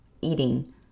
eating